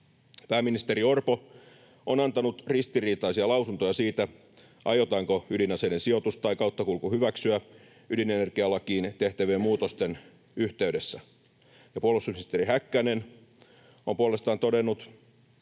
Pääministeri Orpo on antanut ristiriitaisia lausuntoja siitä, aiotaanko ydinaseiden sijoitus tai kauttakulku hyväksyä ydinenergialakiin tehtävien muutosten yhteydessä. Puolustusministeri Häkkänen on puolestaan todennut,